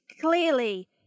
clearly